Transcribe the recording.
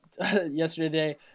yesterday